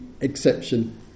exception